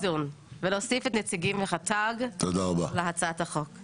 ולהוסיף את הנציגים של רט"ג להצעת החוק.